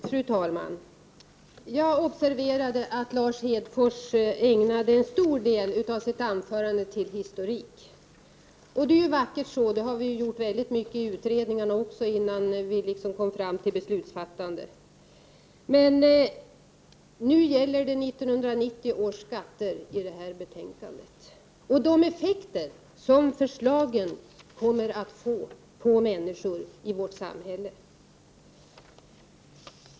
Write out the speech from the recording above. Fru talman! Jag observerade att Lars Hedfors ägnade en stor del av sitt anförande till historik, och det är ju vackert så. Det har vi gjort väldigt mycket i utredningarna också, innan vi kom fram till beslutsfattandet. Men nu gäller det 1990 års skatter och de effekter som förslagen i betänkandet kommer att få för människor i vårt samhälle.